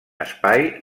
espai